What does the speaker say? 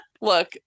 Look